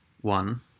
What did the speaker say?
one